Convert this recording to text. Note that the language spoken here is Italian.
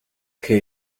che